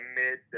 mid